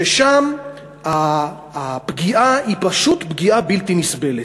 שם הפגיעה היא פשוט בלתי נסבלת.